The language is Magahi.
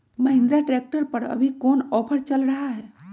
महिंद्रा ट्रैक्टर पर अभी कोन ऑफर चल रहा है?